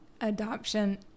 adoption